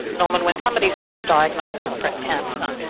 norman, when somebody is first diagnosed with breast cancer,